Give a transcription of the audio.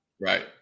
Right